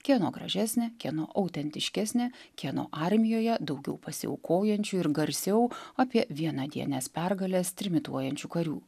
kieno gražesnė kieno autentiškesnė kieno armijoje daugiau pasiaukojančių ir garsiau apie vienadienes pergales trimituojančių karių